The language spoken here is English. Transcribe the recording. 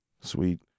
sweet